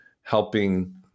helping